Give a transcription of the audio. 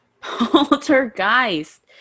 Poltergeist